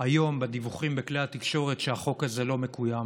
היום בדיווחים בכלי התקשורת שהחוק הזה לא מקוים.